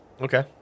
Okay